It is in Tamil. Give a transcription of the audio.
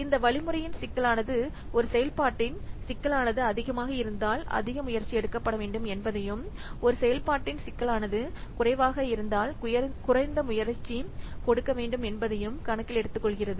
இந்த வழிமுறையின் சிக்கலானது ஒரு செயல்பாட்டின் சிக்கலானது அதிகமாக இருந்தால்அதிக முயற்சி எடுக்கப்பட வேண்டும் என்பதையும் ஒரு செயல்பாட்டின் சிக்கலானது குறைவாக இருந்தால் குறைந்த முயற்சி கொடுக்க வேண்டும் என்பதையும் கணக்கில் எடுத்துக்கொள்கிறது